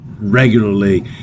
regularly